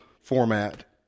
format